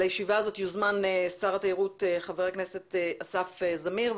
לישיבה הזאת יוזמן שר התיירות חבר הכנסת אסף זמיר.